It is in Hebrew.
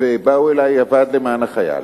ובאו אלי הוועד למען החייל